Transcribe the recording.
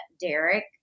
Derek